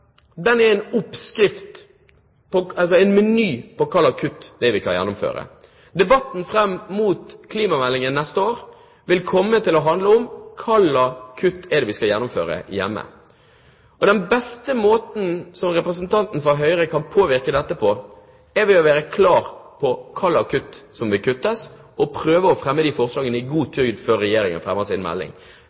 Den beste måten representanten fra Høyre kan påvirke dette på, er ved å være klar på hva slags kutt som skal gjøres, og prøve å fremme de forslagene i god tid før Regjeringen fremmer sin melding.